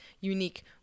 unique